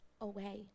away